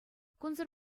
кунсӑр